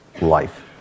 life